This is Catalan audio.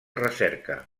recerca